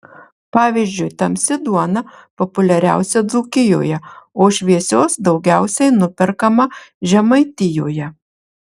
pavyzdžiui tamsi duona populiariausia dzūkijoje o šviesios daugiausiai nuperkama žemaitijoje